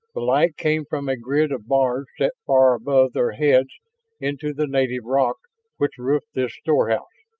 the light came from a grid of bars set far above their heads into the native rock which roofed this storehouse,